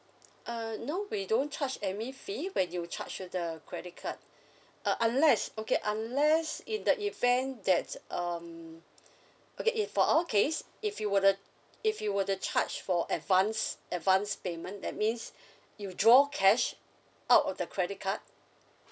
uh no we don't charge admin fee when you charge to the credit card uh unless okay unless in the event that um okay if for our case if you were to if you were to charge for advance advance payment that means you draw cash out of the credit card